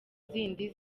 zindi